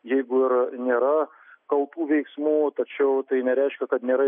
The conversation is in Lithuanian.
jeigu ir nėra kaltų veiksmų tačiau tai nereiškia kad nėra